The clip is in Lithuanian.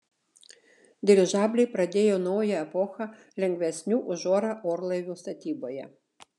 dirižabliai pradėjo naują epochą lengvesnių už orą orlaivių statyboje